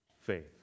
faith